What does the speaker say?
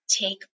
take